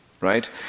Right